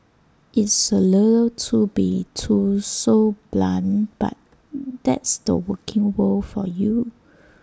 it's A little to be too so blunt but that's the working world for you